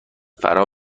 فرا